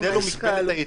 יכול להיות שזה מלמד על כך